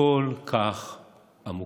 הכל-כך עמוקה".